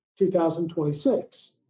2026